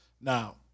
Now